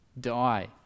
die